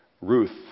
Ruth